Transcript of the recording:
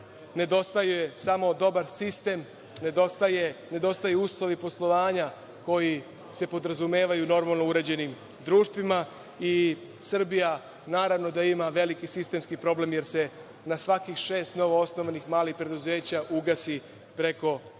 nedostaje samo dobar sistem, nedostaju uslovi poslovanja koji se podrazumevaju u normalno uređenim društvima. Srbija, naravno da ima veliki sistemski problem jer se na svakih šest novoosnovanih malih preduzeća ugasi preko 10 već